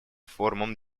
форумом